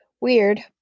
Weird